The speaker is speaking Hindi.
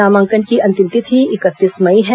नामांकन की अंतिम तिथि इकतीस मई है